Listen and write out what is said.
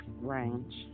range